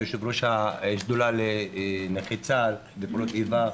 יו"ר השדולה לנכי צה"ל ונפגעי פעולות איבה,